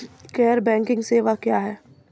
गैर बैंकिंग सेवा क्या हैं?